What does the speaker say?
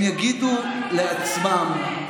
אתה לא מדבר, הם יגידו לעצמם: